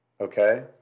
Okay